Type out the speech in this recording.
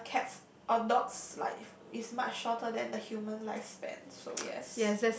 a cat or dog's life is much shorter than the human lifespan so yes